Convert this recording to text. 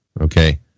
Okay